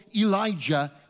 Elijah